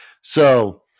So-